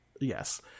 Yes